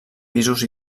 pisos